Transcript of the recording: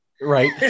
right